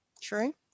True